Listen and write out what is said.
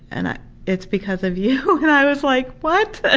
and ah it's because of you. and i was like what? ah